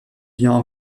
vient